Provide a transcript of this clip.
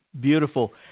Beautiful